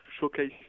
showcase